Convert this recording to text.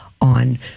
on